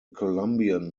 colombian